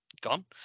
gone